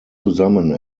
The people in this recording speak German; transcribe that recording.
zusammen